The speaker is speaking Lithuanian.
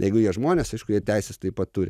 jeigu jie žmonės aišku jie teises taip pat turi